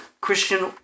Christian